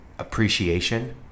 appreciation